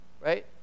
Right